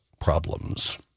problems